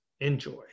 enjoy